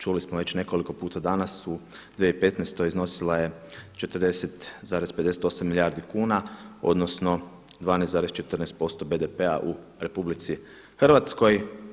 Čuli smo već nekoliko puta danas u 2015. iznosila je 40,58 milijardi kuna odnosno 12,14% BDP-a u Republici Hrvatskoj.